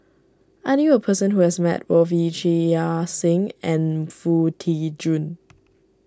I knew a person who has met both Yee Chia Hsing and Foo Tee Jun